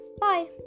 bye